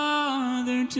Father